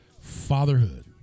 Fatherhood